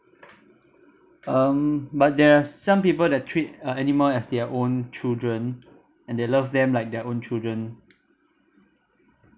um but there are some people that treat a~ animal as their own children and they love them like their own children